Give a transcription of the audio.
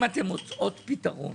אם אתן מוצאות פתרון